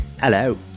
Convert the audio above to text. Hello